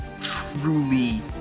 truly